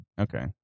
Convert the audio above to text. Okay